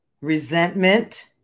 resentment